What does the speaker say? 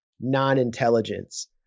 non-intelligence